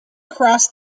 crossed